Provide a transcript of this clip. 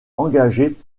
engagés